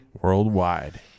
Worldwide